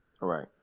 Right